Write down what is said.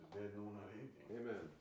Amen